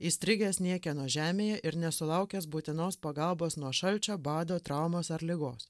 įstrigęs niekieno žemėje ir nesulaukęs būtinos pagalbos nuo šalčio bado traumos ar ligos